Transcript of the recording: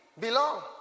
belong